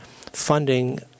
funding